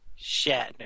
Shatner